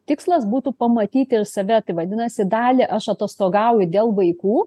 tikslas būtų pamatyti save tai vadinasi dalį aš atostogauju dėl vaikų